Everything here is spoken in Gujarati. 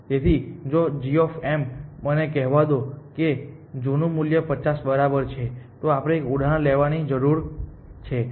તેથી જો g મને કહેવા દો કે જૂનું મૂલ્ય 50 બરાબર છે તો આપણે એક ઉદાહરણ લેવાની જરૂર છે